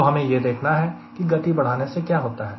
तो हमें यह देखना है कि गति बढ़ाने से क्या होता है